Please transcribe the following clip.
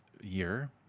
Year